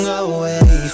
away